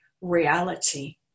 reality